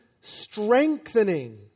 strengthening